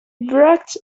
bracts